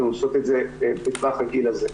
הן עושות את זה בטווח הגיל הזה.